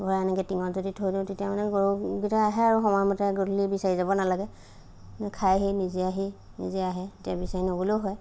গোহালিত এনেকৈ টিঙত যদি থৈ দিওঁ তেতিয়া মানে গৰুকেইটা আহে আৰু সময়মতে গধূলি বিচাৰি যাব নালাগে খাই হি নিজে আহি নিজে আহে তেতিয়া বিচাৰিব নগ'লেও হয়